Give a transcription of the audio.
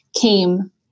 came